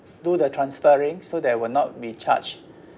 do the transferring so there will not be charged